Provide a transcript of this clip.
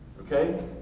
okay